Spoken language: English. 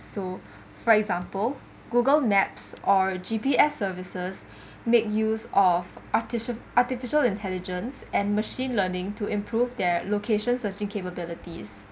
so for example Google maps or a G_P_S services make use of artifi~ artificial intelligence and machine learning to improve their location searching capabilities